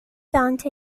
dante